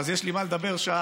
אז יש לי מה לדבר שעה,